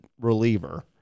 reliever